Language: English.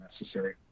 necessary